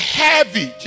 heavy